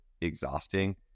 exhausting